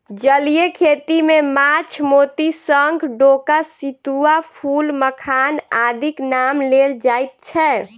जलीय खेती मे माछ, मोती, शंख, डोका, सितुआ, फूल, मखान आदिक नाम लेल जाइत छै